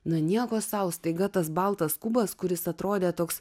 na nieko sau staiga tas baltas kubas kuris atrodė toks